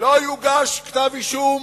לא יוגש כתב-אישום